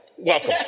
Welcome